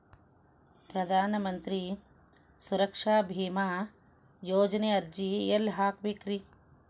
ಪ್ರಧಾನ ಮಂತ್ರಿ ಸುರಕ್ಷಾ ಭೇಮಾ ಯೋಜನೆ ಅರ್ಜಿ ಎಲ್ಲಿ ಹಾಕಬೇಕ್ರಿ?